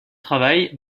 travail